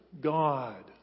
God